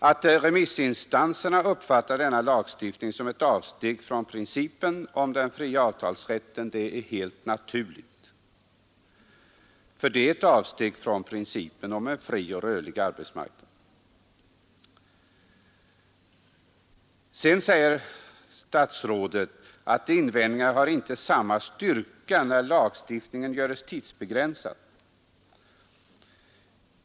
Att remissinstanserna uppfattar denna lagstiftning som ett avsteg från principen om den fria avtalsrätten är helt naturligt, för det är ett avsteg från principen om en fri och rörlig arbetsmarknad. Sedan säger statsrådet att invändningarna inte har samma styrka när lagstiftningen göres tidsbegränsad.